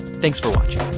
thanks for watching.